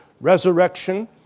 resurrection